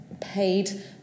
paid